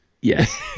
Yes